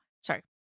sorry